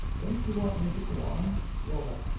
don't you want me to go on laura.